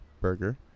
burger